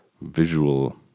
visual